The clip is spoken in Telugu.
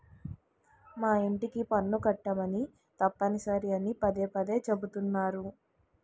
మా యింటికి పన్ను కట్టమని తప్పనిసరి అని పదే పదే చెబుతున్నారు